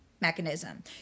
mechanism